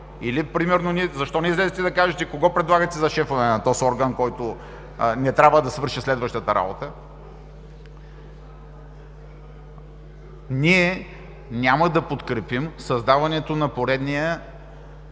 тези звена? Защо не излезете и кажете кого предлагате за шеф на този орган, който не трябва да си върши следващата работа? Ние няма да подкрепим създаването на поредния